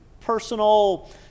personal